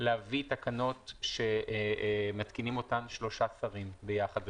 להביא תקנות שמתקינים אותן שלושה שרים ביחד,